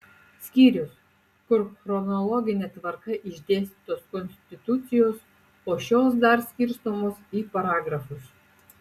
skyrius kur chronologine tvarka išdėstytos konstitucijos o šios dar skirstomos į paragrafus